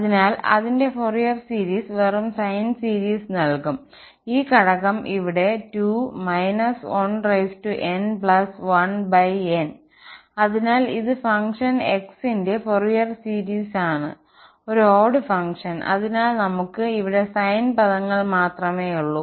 അതിനാൽ അതിന്റെ Fourier series വെറും സൈൻ സീരീസ് നൽകും ഈ ഘടകം ഇവിടെ2n1n അതിനാൽ ഇത് ഫംഗ്ഷൻ x ന്റെ ഫോറിയർ സീരീസ്ണ്ഒരു ഓഡ്ഡ് ഫങ്ക്ഷൻ അതിനാൽ നമ്മൾ ക്ക് ഇവിടെ സൈൻ പദങ്ങൾ മാത്രമേയുള്ളൂ